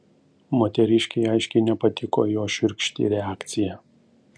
moteriškei aiškiai nepatiko jo šiurkšti reakcija